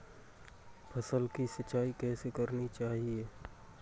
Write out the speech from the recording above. फसल की सिंचाई कैसे करनी चाहिए?